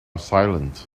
silent